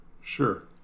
sure